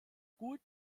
gut